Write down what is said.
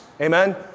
Amen